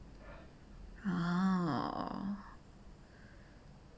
!huh!